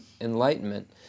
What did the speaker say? enlightenment